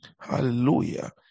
Hallelujah